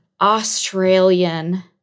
Australian